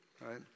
right